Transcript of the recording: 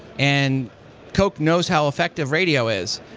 and coke knows how effective radio is.